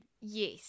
Yes